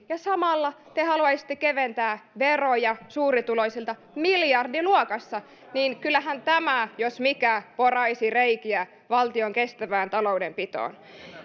ja samalla te haluaisitte keventää veroja suurituloisilta miljardiluokassa kyllähän tämä jos mikä poraisi reikiä valtion kestävään taloudenpitoon